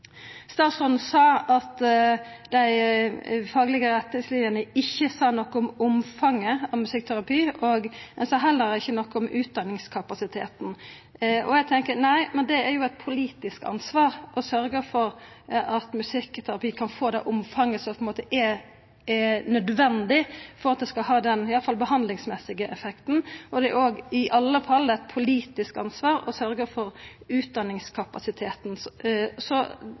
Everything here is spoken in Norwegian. Statsråden sa at dei faglege retningslinjene ikkje sa noko om omfanget av musikkterapi, og han sa heller ikkje noko om utdanningskapasiteten. Eg tenkjer at det er eit politisk ansvar å sørgja for at musikkterapi kan få det omfanget som er nødvendig for at det skal ha den behandlingsmessige effekten, og det er i alle fall eit politisk ansvar å sørgja for utdanningskapasiteten. Så